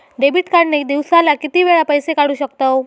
Debit card ने दिवसाला किती वेळा पैसे काढू शकतव?